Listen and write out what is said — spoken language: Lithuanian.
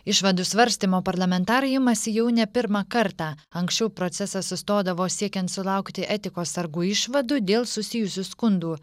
išvadų svarstymo parlamentarai imasi jau ne pirmą kartą anksčiau procesas sustodavo siekiant sulaukti etikos sargų išvadų dėl susijusių skundų